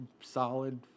solid